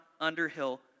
Underhill